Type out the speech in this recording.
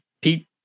Pete